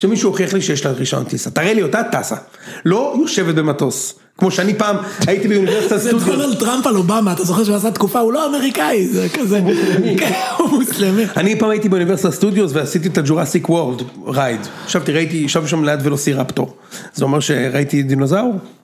כשמישהו הוכיח לי שיש לה רישיון טיסה, תראה לי אותה טסה, לא יושבת במטוס, כמו שאני פעם הייתי באוניברסיטה הסטודנטית. זה נכון על טראמפ על אובמה, אתה זוכר שהוא עשה תקופה, הוא לא אמריקאי, זה כזה, הוא מוסלמי. אני פעם הייתי באוניברסיטה הסטודיוס ועשיתי את הג'ורסיק וולד רייד, עכשיו תראה, הייתי יושב שם ליד ולוסי רפטור, זה אומר שראיתי דינוזאור.